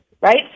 right